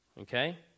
okay